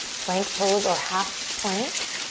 plank pose or half plank.